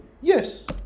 Yes